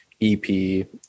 ep